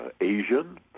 Asian